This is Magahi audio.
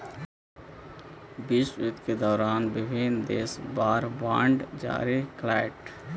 विश्वयुद्ध के दौरान विभिन्न देश वॉर बॉन्ड जारी कैलइ